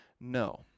No